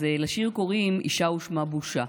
אז לשיר קוראים: אישה ושמה בושה.